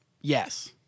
Yes